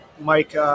Mike